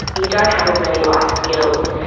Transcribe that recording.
you don't have as many life skills,